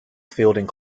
fielding